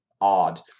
odd